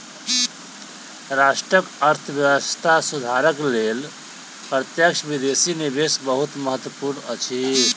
राष्ट्रक अर्थव्यवस्था सुधारक लेल प्रत्यक्ष विदेशी निवेश बहुत महत्वपूर्ण अछि